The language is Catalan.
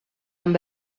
amb